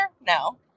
No